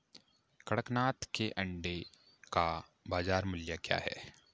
कड़कनाथ के अंडे का बाज़ार मूल्य क्या है?